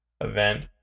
event